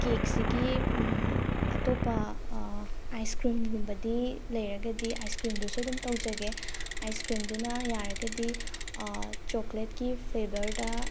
ꯀꯦꯛꯁꯤꯒꯤ ꯑꯇꯣꯞꯄ ꯑꯥꯏꯁ ꯀ꯭ꯔꯤꯝꯒꯨꯝꯕꯗꯤ ꯂꯩꯔꯒꯗꯤ ꯑꯥꯏꯁ ꯀ꯭ꯔꯤꯝꯗꯨꯁꯨ ꯑꯗꯨꯝ ꯇꯧꯖꯒꯦ ꯑꯥꯏꯁ ꯀ꯭ꯔꯤꯝꯗꯨꯅ ꯌꯥꯔꯒꯗꯤ ꯆꯣꯀ꯭ꯂꯦꯠꯀꯤ ꯐ꯭ꯂꯦꯕꯔꯗ